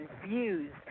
confused